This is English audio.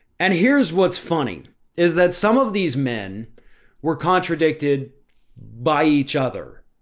and here's, what's funny is that some of these men were contradicted by each other.